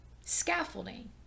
scaffolding